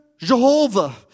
Jehovah